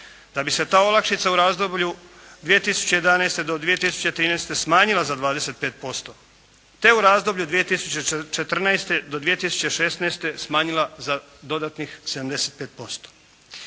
Da bi se ta olakšica u razdoblju 2011. do 2013. smanjila za 25% te u razdoblju 2014. do 2016. smanjila za dodatnih 75%